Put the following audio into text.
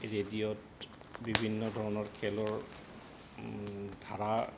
ৰেডিঅ'ত বিভিন্ন ধৰণৰ খেলৰ ধাৰা